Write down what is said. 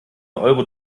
euro